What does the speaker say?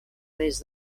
des